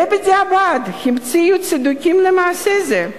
ובדיעבד המציאו צידוקים למעשה זה,